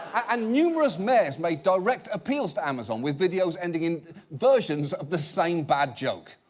and numerous mayors made direct appeals to amazon with videos ending in versions of the same bad joke.